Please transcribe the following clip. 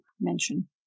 mention